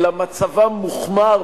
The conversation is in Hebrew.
אלא מצבם מוחמר,